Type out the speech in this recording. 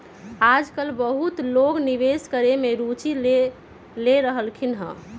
याजकाल बहुते लोग निवेश करेमे में रुचि ले रहलखिन्ह हबे